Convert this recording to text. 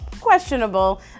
questionable